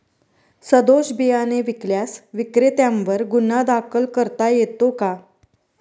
सदोष बियाणे विकल्यास विक्रेत्यांवर गुन्हा दाखल करता येतो का?